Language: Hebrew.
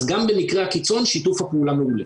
אז גם במקרה הקיצון שיתוף הפעולה מעולה.